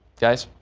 guys.